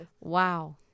wow